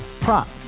prop